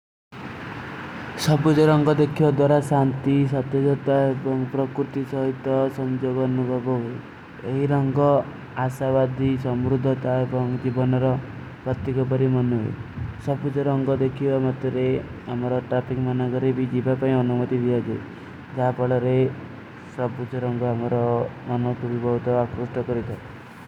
ସବ୍ବୁଜେ ରଂଗ ଦେଖିଯୋ ଦୋରା ଶାନ୍ତି, ସତ୍ଯଜତ୍ଵା ଏପଂଗ ପ୍ରକୁର୍ତି ସହିତ ସମ୍ଜଵାନ୍ନୁଗା ବୋହ। ଯହୀ ରଂଗ ଆଶାଵାଦୀ, ସମ୍ରୁଦ୍ଧଚା ଏପଂଗ ଜିବନର ପତ୍ତିକୋ ବରୀ ମନୁଵୀ। ସବ୍ବୁଜେ ରଂଗ ଦେଖିଯୋ ଦୋରା ଶାନ୍ତି, ସତ୍ଯଜତ୍ଵା ଏପଂଗ ପ୍ରକୁର୍ତି ସହିତ ସମ୍ଜଵାନ୍ନୁଗା ବୋହ।